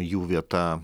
jų vieta